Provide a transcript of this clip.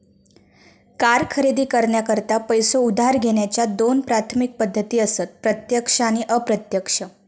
car खरेदी करण्याकरता पैसो उधार घेण्याच्या दोन प्राथमिक पद्धती असत प्रत्यक्ष आणि अप्रत्यक्ष